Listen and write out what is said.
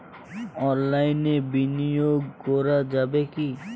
অনলাইনে বিনিয়োগ করা যাবে কি?